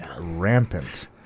rampant